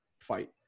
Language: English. fight